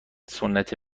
سنتی